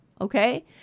Okay